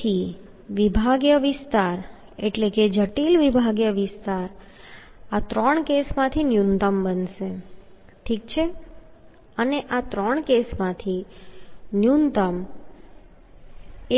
તેથી વિભાગીય વિસ્તાર એટલે કે જટિલ વિભાગીય વિસ્તાર આ ત્રણ કેસમાંથી ન્યૂનતમ બનશે ઠીક છે અને આ ત્રણ કેસમાંથી ન્યૂનતમ